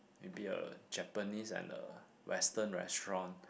maybe a Japanese and a Western restaurant